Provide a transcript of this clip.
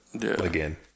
again